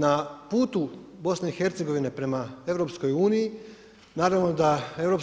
Na putu BiH prema EU, naravno da EU,